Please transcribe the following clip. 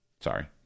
Sorry